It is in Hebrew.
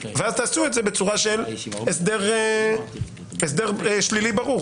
ואז תעשו את זה בצורה של הסדר שלילי ברור